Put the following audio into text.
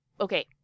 okay